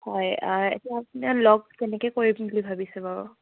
হয় এতিয়া আপোনাক লগ কেনেকৈ কৰিম বুলি ভাবিছে বাৰু